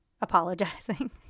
apologizing